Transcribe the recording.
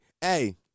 hey